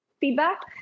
feedback